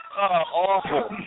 awful